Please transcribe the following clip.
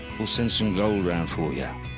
we'll send some gold round for yeah